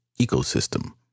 ecosystem